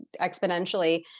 exponentially